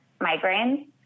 migraines